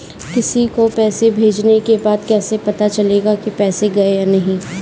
किसी को पैसे भेजने के बाद कैसे पता चलेगा कि पैसे गए या नहीं?